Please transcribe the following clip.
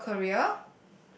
field of career